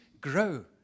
grow